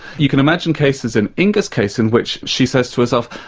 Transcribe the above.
you can imagine cases, in inga's case, in which she says to herself,